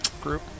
group